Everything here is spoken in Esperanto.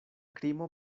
krimo